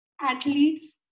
athletes